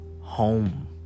home